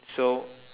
so